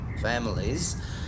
families